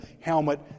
helmet